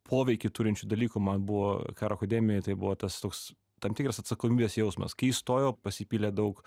poveikį turinčių dalykų man buvo karo akademijoj tai buvo tas toks tam tikras atsakomybės jausmas kai įstojau pasipylė daug